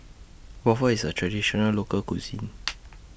Waffle IS A Traditional Local Cuisine